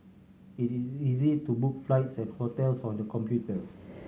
it is easy to book flights and hotels on the computer